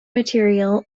material